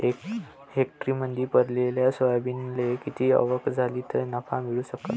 एका हेक्टरमंदी पेरलेल्या सोयाबीनले किती आवक झाली तं नफा मिळू शकन?